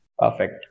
Perfect